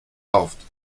rauft